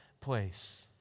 place